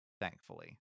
thankfully